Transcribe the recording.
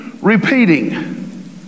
repeating